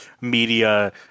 media